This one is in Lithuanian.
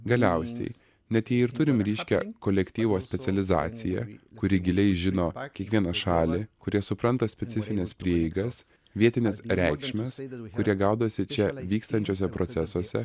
galiausiai net jei ir turim ryškią kolektyvo specializaciją kuri giliai žino kiekvieną šalį kurie supranta specifines prieigas vietines reikšmes kurie gaudosi čia vykstančiuose procesuose